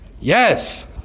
yes